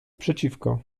przeciwko